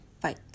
Fight